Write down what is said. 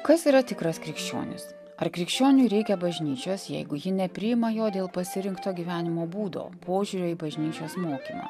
kas yra tikras krikščionis ar krikščioniui reikia bažnyčios jeigu ji nepriima jo dėl pasirinkto gyvenimo būdo požiūrio į bažnyčios mokymą